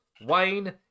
Wayne